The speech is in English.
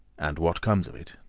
and what comes of it